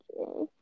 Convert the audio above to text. Okay